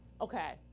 Okay